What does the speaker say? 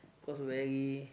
cause very